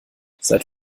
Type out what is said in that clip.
seit